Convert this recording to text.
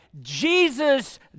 Jesus